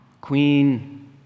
Queen